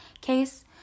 case